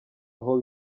aho